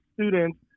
students